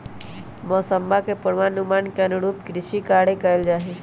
मौसम्मा के पूर्वानुमान के अनुरूप कृषि कार्य कइल जाहई